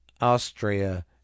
Austria